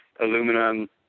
aluminum